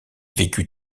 vécut